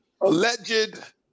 alleged